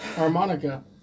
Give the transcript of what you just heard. Harmonica